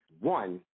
one